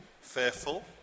fearful